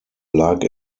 lag